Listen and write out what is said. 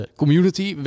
community